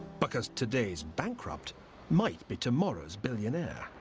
because today's bankrupt might be tomorrow's billionaire.